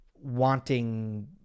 wanting